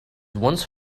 once